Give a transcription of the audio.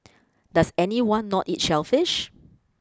does anyone not eat shellfish